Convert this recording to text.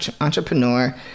entrepreneur